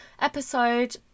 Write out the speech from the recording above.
episode